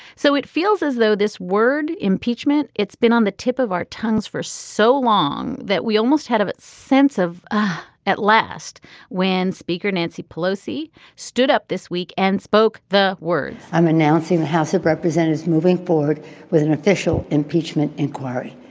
so it feels as though this word impeachment. it's been on the tip of our tongues for so long that we almost had a sense of at last when speaker nancy pelosi stood up this week and spoke the words i'm announcing the house of representatives moving forward with an official impeachment inquiry.